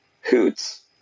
hoots